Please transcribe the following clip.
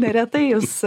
neretai jūs